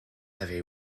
have